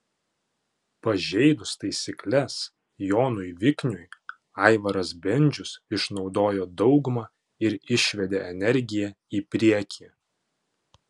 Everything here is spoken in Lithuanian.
pažeidus taisykles jonui vikniui aivaras bendžius išnaudojo daugumą ir išvedė energiją į priekį